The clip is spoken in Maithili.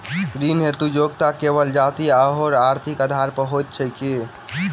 ऋण हेतु योग्यता केवल जाति आओर आर्थिक आधार पर होइत छैक की?